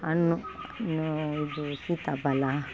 ಹಣ್ಣು ಹಣ್ಣು ಇದೂ ಸೀತಾಫಲ